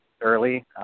early